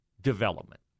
development